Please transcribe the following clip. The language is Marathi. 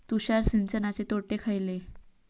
तुषार सिंचनाचे तोटे खयले?